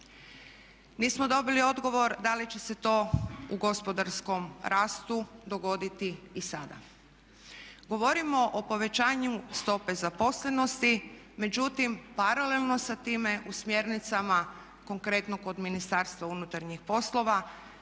Nismo dobili odgovor da li će se to u gospodarskom rastu dogoditi i sada? Govorimo o povećanju stope zaposlenosti, međutim paralelno sa time u smjernicama konkretno kod Ministarstva unutarnjih poslova